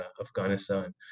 Afghanistan